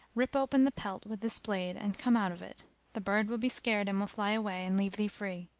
rip open the pelt with this blade and come out of it the bird will be scared and will fly away and leave thee free.